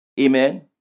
Amen